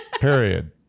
Period